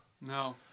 No